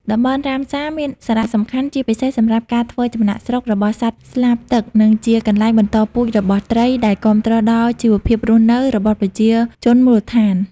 តំបន់រ៉ាមសារមានសារៈសំខាន់ជាពិសេសសម្រាប់ការធ្វើចំណាកស្រុករបស់សត្វស្លាបទឹក និងជាកន្លែងបន្តពូជរបស់ត្រី ដែលគាំទ្រដល់ជីវភាពរស់នៅរបស់ប្រជាជនមូលដ្ឋាន។